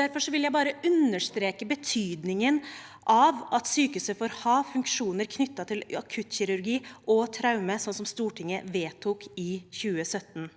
Derfor vil jeg bare understreke betydningen av at sykehuset får ha funksjoner knyttet til akuttkirurgi og traumemottak, sånn som Stortinget vedtok i 2017.